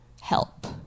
help